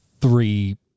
three